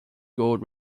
gold